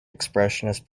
expressionist